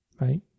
Right